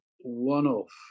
one-off